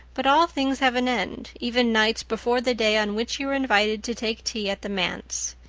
but all things have an end, even nights before the day on which you are invited to take tea at the manse.